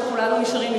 שכולנו נשארים,